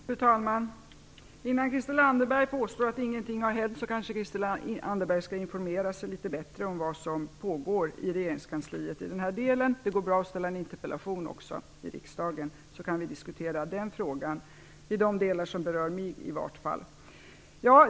Fru talman! Innan Christel Anderberg påstår att det inte har hänt någonting kanske hon skall informera sig litet bättre om vad som pågår i regeringskansliet i den här frågan. Det går också bra att ställa en interpellation i riksdagen, så kan vi diskutera frågan, i varje fall i de delar som berör mig.